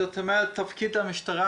לבתי חינוך,